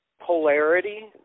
polarity